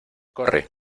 corre